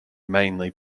mainly